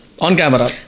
on-camera